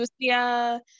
Lucia